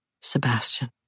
Sebastian